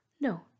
No